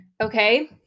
Okay